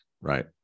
right